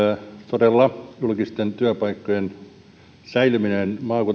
todella julkisten työpaikkojen säilymisellä